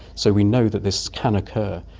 so we know that this can occur,